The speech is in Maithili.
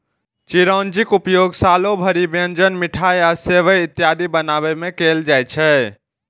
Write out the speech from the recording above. चिरौंजीक उपयोग सालो भरि व्यंजन, मिठाइ आ सेवइ इत्यादि बनाबै मे कैल जाइ छै